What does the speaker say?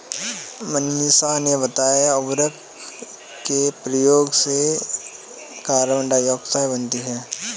मनीषा ने बताया उर्वरक के प्रयोग से कार्बन डाइऑक्साइड बनती है